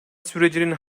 sürecinin